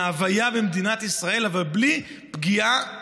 מההוויה במדינת ישראל אבל בלי פגיעה בדת,